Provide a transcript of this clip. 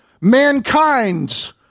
mankind's